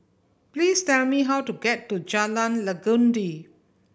please tell me how to get to Jalan Legundi